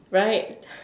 right